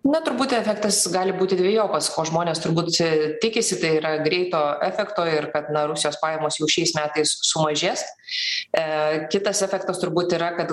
na turbūt efektas gali būti dvejopas ko žmonės turbūt tikisi tai yra greito efekto ir kad na rusijos pajamos jau šiais metais sumažės e kitas efektas turbūt yra kad